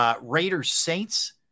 Raiders-Saints